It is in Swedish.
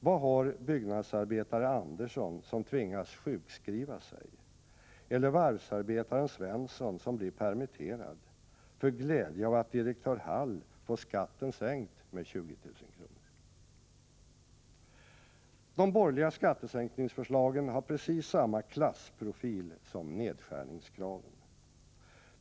Vad har byggnadsarbetare Andersson, som tvingas sjukskriva sig, eller varvsarbetare Svensson, som blir permitterad, för glädje av att direktör Hall får skatten sänkt med 20 000 kr. De borgerliga skattesänkningsförslagen har precis samma klassprofil som nedskärningskraven.